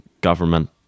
government